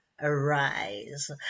Arise